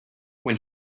when